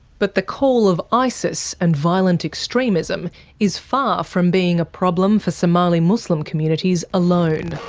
but the call of isis and violent extremism is far from being a problem for somali muslim communities alone.